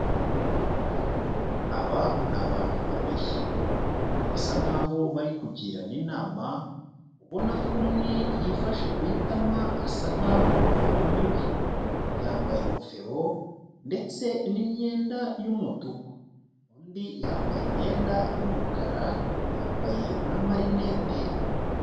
Aba ni abantu babiri birasa nkaho bari kugirana inama ubona ko umwe yifashe ku itama asa nkaho yumiwe, yambaye ingofero ndetse n'imyenda y'umutuku, undi yambaye imyenda y'umukara yambaye n'amarinete.